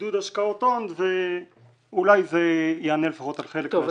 עידוד השקעות הון ואולי זה יענה לפחות על חלק מהשאלות.